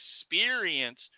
experience